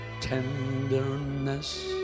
tenderness